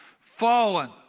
Fallen